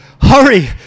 hurry